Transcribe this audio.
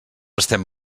estem